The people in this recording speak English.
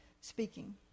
speaking